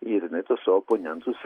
ir jinai tuos savo oponentus